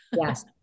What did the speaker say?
Yes